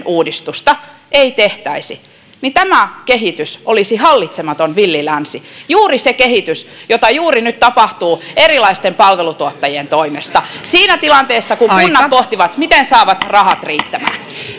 uudistusta ei tehtäisi niin tämä kehitys olisi hallitsematon villi länsi juuri se kehitys jota juuri nyt tapahtuu erilaisten palvelutuottajien toimesta siinä tilanteessa kun kunnat pohtivat miten saavat rahat riittämään